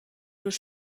lur